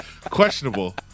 questionable